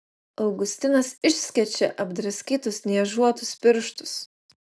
augustinas išskečia apdraskytus niežuotus pirštus